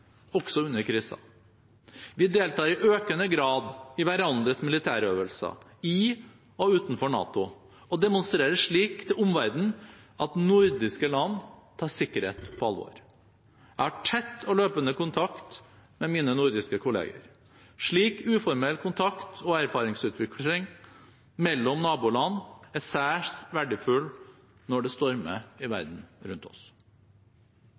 også under kriser. Vi deltar i økende grad i hverandres militærøvelser, i og utenfor NATO, og demonstrerer slik til omverdenen at nordiske land tar sikkerhet på alvor. Jeg har tett og løpende kontakt med mine nordiske kolleger. Slik uformell kontakt og erfaringsutveksling mellom naboland er særs verdifull når det stormer i verden rundt oss.